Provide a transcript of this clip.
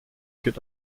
geht